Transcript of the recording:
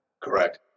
Correct